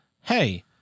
Hey